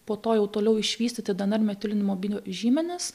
po to jau toliau išvystyti dnr metilinimo biožymenis